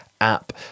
App